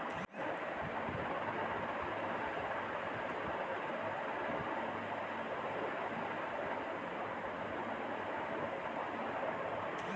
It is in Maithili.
एंजल निवेशक इस तरह के निवेशक क प्रदान करैय छै